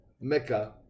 Mecca